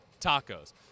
Tacos